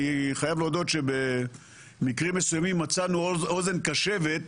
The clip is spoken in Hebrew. אני חייב להודות שבמקרים מסוימים מצאנו אוזן קשבת,